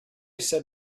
said